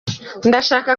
ndashaka